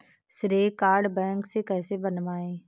श्रेय card bank से कैसे बनवाएं?